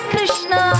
Krishna